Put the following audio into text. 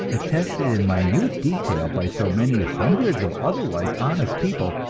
attested in minute detail by so many hundreds of otherwise honest people,